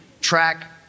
track